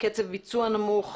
קצב ביצוע נמוך,